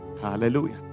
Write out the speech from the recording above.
Hallelujah